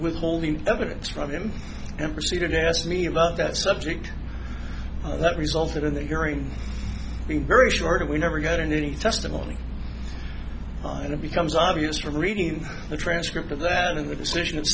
with holding evidence from him and proceeded to ask me about that subject that resulted in the hearing being very short and we never got any testimony and it becomes obvious from reading the transcript of that in the decision